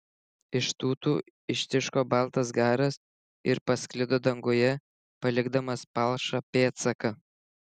iš tūtų ištiško baltas garas ir pasklido danguje palikdamas palšą pėdsaką